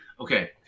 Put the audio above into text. Okay